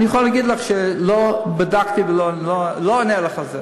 אני יכול להגיד לך שלא בדקתי ושלא אענה לך על זה.